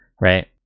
right